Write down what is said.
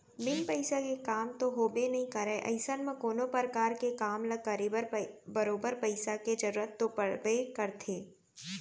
बिन पइसा के काम तो होबे नइ करय अइसन म कोनो परकार के काम ल करे बर बरोबर पइसा के जरुरत तो पड़बे करथे